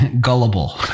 gullible